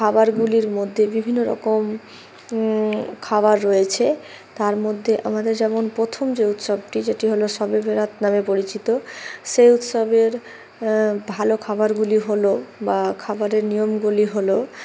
খাবারগুলির মধ্যে বিভিন্ন রকম খাবার রয়েছে তার মধ্যে আমাদের যেমন প্রথম যে উৎসবটি যেটি হলো শবে বরাত নামে পরিচিত সেই উৎসবের ভালো খাবারগুলি হলো বা খাবারের নিয়মগুলি হলো